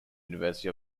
university